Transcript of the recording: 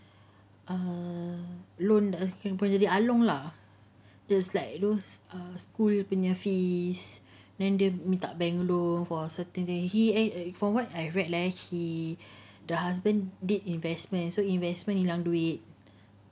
err loan daripada along lah its like those err school punya fees then dia minta bank loan for study he eh from what I read leh he the husband did investment so investment hilang duit